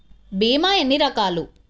భీమ ఎన్ని రకాలు?